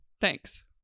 Thanks